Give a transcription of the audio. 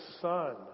son